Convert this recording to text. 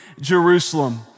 Jerusalem